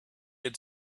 had